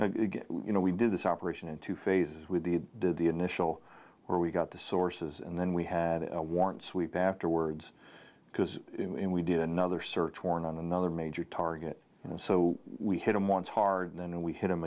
and you know we did this operation in two phases with the did the initial where we got the sources and then we had a warrant sweep afterwards because we did another search warrant on another major target and so we hit him once hard and then we hit